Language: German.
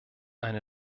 eine